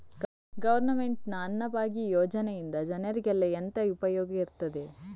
Government ನ ಅನ್ನಭಾಗ್ಯ ಯೋಜನೆಯಿಂದ ಜನರಿಗೆಲ್ಲ ಎಂತ ಉಪಯೋಗ ಇರ್ತದೆ?